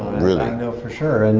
really. i know for sure. and